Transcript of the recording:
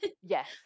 Yes